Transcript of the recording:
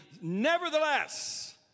nevertheless